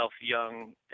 young